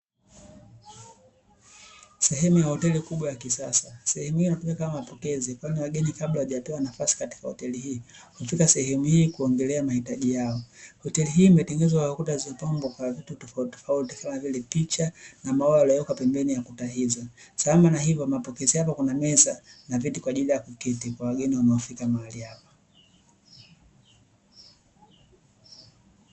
Sehemu ya hoteli kubwa ya kisasa. Sehemu hiyo utumika kama mapokezi ya wageni kabla hawajapewa nafasi katika eneo hilo. Hutumia eneo hili kuongelea mahitaji yao. Hoteli hii imetengenezwa kwa kuta zilizopambwa kwa.